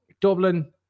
Dublin